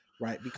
right